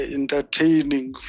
entertaining